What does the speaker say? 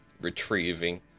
retrieving